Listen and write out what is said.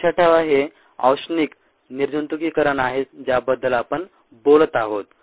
लक्षात ठेवा हे औष्णिक निर्जंतुककरण आहे ज्याबद्दल आपण बोलत आहोत